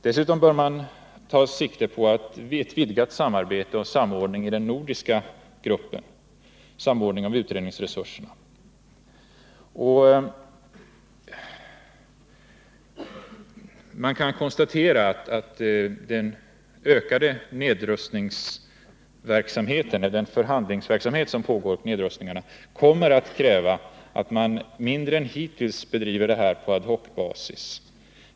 Dessutom bör man ta sikte på en samordning av utredningsresurserna i den nordiska gruppen och ett vidgat samarbete med gruppen. Man kan konstatera att den vidgade förhandlingsverksamheten när det Nr 120 gäller nedrustningsfrågor kommer att kräva att denna mindre än hittills bedrivs på ad hoc-basis.